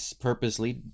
purposely